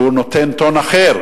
שהוא נותן טון אחר.